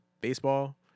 baseball